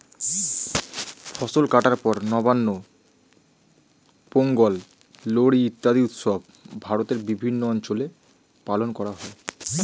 ফসল কাটার পর নবান্ন, পোঙ্গল, লোরী ইত্যাদি উৎসব ভারতের বিভিন্ন অঞ্চলে পালন করা হয়